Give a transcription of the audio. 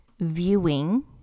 Viewing